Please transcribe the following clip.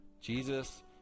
Jesus